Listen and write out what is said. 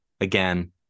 Again